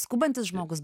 skubantis žmogus